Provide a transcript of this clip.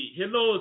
Hello